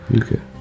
Okay